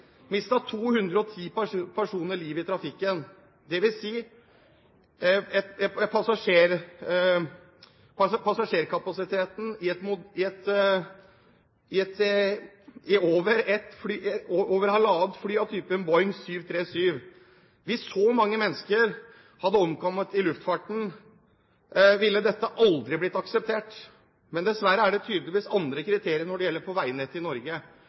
210 personer livet i trafikken, det vil si passasjerkapasiteten i over halvannet fly av typen Boeing 737. Hvis så mange mennesker hadde omkommet i luftfarten, ville dette aldri blitt akseptert. Men dessverre er det tydeligvis andre kriterier som gjelder på veinettet i Norge.